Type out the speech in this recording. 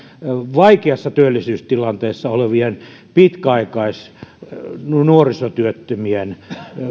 vaikeassa työllisyystilanteessa olevien pitkäaikaisnuorisotyöttömien